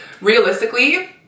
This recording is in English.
Realistically